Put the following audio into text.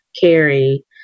Carrie